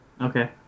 Okay